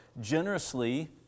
generously